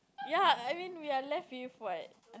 ya I mean we are left with what